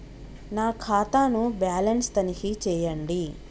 నా ఖాతా ను బ్యాలన్స్ తనిఖీ చేయండి?